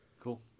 Cool